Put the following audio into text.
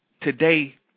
today